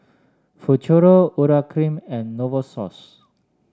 Futuro Urea Cream and Novosource